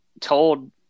told